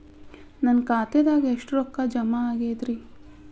ನನ್ನ ಖಾತೆದಾಗ ಎಷ್ಟ ರೊಕ್ಕಾ ಜಮಾ ಆಗೇದ್ರಿ?